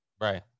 right